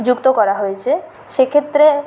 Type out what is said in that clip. যুক্ত করা হয়েছে সেক্ষেত্রে